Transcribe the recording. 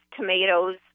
tomatoes